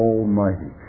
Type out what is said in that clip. Almighty